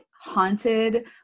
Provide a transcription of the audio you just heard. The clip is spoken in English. haunted